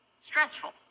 stressful